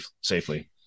safely